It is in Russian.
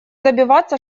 добиваться